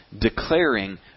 Declaring